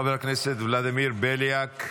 חבר הכנסת ולדימיר בליאק,